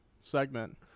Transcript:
segment